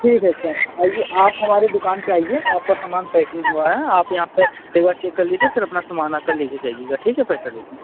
ठीक है अच्छा आइए आप हमारे दुकान पर आइए आपका सामान पैकिंग हुआ है आप यहाँ पर एक बार चेक कर लीजिए फिर अपना सामान आकर ले कर जाइएगा ठीक है पैसा दे कर